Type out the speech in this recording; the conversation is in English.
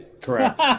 Correct